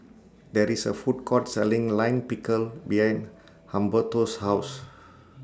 There IS A Food Court Selling Lime Pickle behind Humberto's House